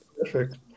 perfect